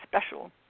special